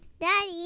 Daddy